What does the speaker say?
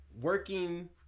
working